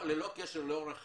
ללא קשר לאורח חייו,